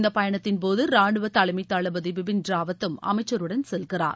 இந்தப் பயணத்தின் போது ரானுவ தலைமைத் தளபதி பிபின் ராவத்தும் அமைச்சருடன் செல்கிறார்